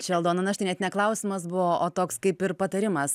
čia aldona na štai net ne klausimas buvo o toks kaip ir patarimas